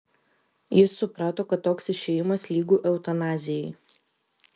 jis suprato kad toks išėjimas lygu eutanazijai